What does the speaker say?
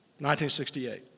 1968